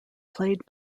played